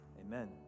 amen